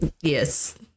Yes